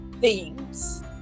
themes